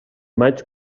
maig